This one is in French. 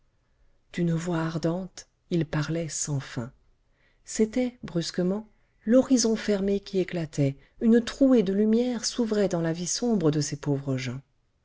d'une voix ardente il parlait sans fin c'était brusquement l'horizon fermé qui éclatait une trouée de lumière s'ouvrait dans la vie sombre de ces pauvres gens